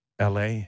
LA